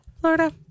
Florida